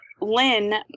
Lynn